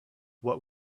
what